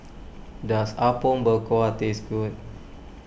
does Apom Berkuah taste good